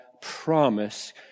promise